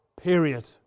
period